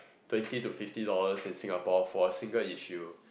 twenty to fifty dollars in Singapore for a single issue